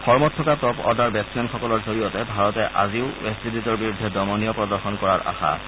ফৰ্মত থকা top order বেট্ছমেনসকলৰ জৰিয়তে ভাৰতে আজিও ৱেষ্ট ইণ্ডিজৰ বিৰুদ্ধে দমনীয় প্ৰদৰ্শন কৰাৰ আশা আছে